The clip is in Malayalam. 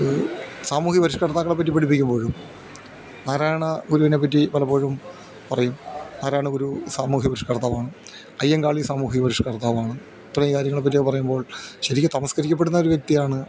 ഈ സാമൂഹിക പരിഷ്കർത്താക്കളെ പറ്റി പഠിപ്പിക്കുമ്പോഴും നാരായണ ഗുരുവിനെപ്പറ്റി പലപ്പോഴും പറയും നാരായണ ഗുരു സാമൂഹ്യ പരിഷ്കർത്താവാണ് അയ്യങ്കാളി സാമൂഹിക പരിഷ്കർത്താവാണ് ഇത്രയും കാര്യങ്ങളെ പറ്റി ഒക്കെ പറയുമ്പോൾ ശരിക്കും തമസ്കരിക്കപ്പെടുന്നൊരു വ്യക്തിയാണ്